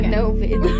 Novid